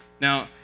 Now